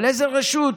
אבל איזה רשות